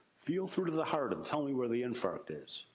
feel through to the heart and tell me where the infarct is,